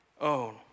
own